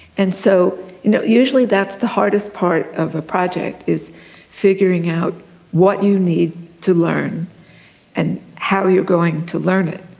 and so you know usually that's the hardest part of a project, is figuring out what you need to learn and how you're going to learn it.